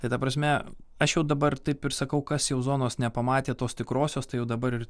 tai ta prasme aš jau dabar taip ir sakau kas jau zonos nepamatė tos tikrosios tai jau dabar ir